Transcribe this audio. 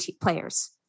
players